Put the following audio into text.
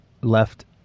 left